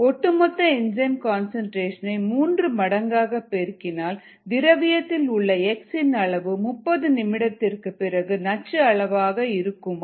ஒட்டுமொத்த enzyme concentration ஐ மூன்று மடங்காக பெருக்கினால் திரவியத்தில் உள்ள X இன் அளவு 30 நிமிடத்திற்கு பிறகு நச்சு அளவாக இருக்குமா